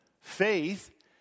Faith